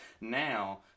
Now